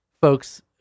folks